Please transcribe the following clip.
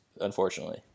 unfortunately